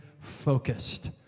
focused